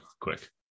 quick